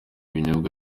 binyobwa